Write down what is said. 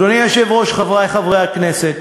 אדוני היושב-ראש, חברי חברי הכנסת,